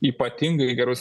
ypatingai gerus